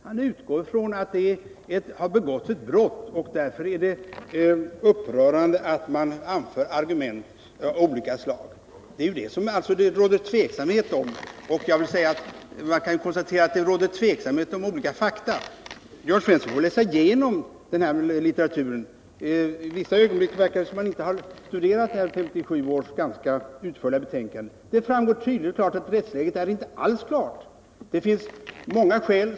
Han utgår från att det har begåtts ett brott och att det därför är upprörande att anföra argument av olika slag. Men det är om brottet som det råder tveksamhet. Och vi kan konstatera att tveksamheten gäller olika fakta. Jörn Svensson får lov att läsa igenom litteraturen. I vissa ögonblick verkar det som om han inte hade studerat 1957 års ganska utförliga betänkande. Där framgår det tydligt och klart att rättsläget inte alls är klart.